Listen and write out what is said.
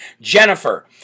Jennifer